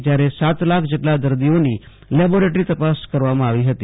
જ્યારે સાત લાખ જેટલા દર્દીઓ લેબોટરી તપાસ કરવામાં આવી હતી